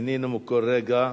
נהנינו מכל רגע.